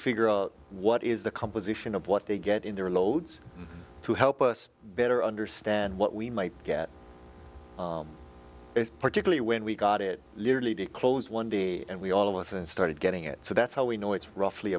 figure out what is the composition of what they get in their loads to help us better understand what we might get particularly when we got it yearly to close one day and we all of us and started getting it so that's how we know it's roughly